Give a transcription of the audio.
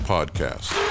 Podcast